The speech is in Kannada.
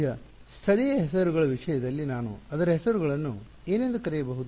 ಈಗ ಸ್ಥಳೀಯ ಹೆಸರುಗಳ ವಿಷಯದಲ್ಲಿ ನಾನು ಅದರ ಹೆಸರುಗಳನ್ನು ಏನೆಂದು ಕರೆಯಬಹುದು